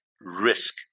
risk